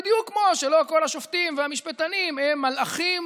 בדיוק כמו שלא כל השופטים והמשפטנים הם מלאכים